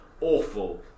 awful